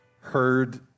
heard